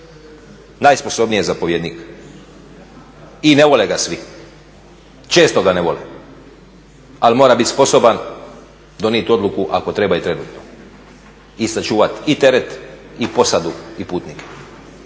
najsposobniji je zapovjednik i ne vole ga svi, često ga ne voli, ali mora biti sposoban donijeti odluku ako treba i trenutno, i sačuvat i teret, i posadu i putnike.